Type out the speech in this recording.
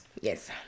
Yes